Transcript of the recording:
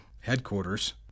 headquarters